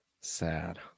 Sad